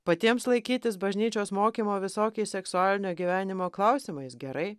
patiems laikytis bažnyčios mokymo visokiais seksualinio gyvenimo klausimais gerai